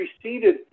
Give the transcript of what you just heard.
preceded